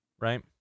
right